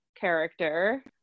character